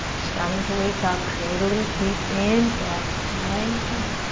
starting to wake up, create a little heat. inhale. lengthen.